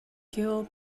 skill